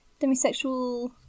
demisexual